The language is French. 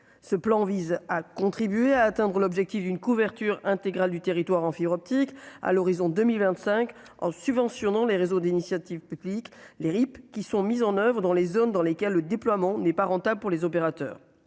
ce plan vise à contribuer à atteindre l'objectif d'une couverture intégrale du territoire en fibre optique à l'horizon 2025 en subventionnant les réseaux d'initiative publique les RIP qui sont mises en Oeuvres dans les zones dans lesquelles le déploiement n'est pas rentable pour les opérateurs,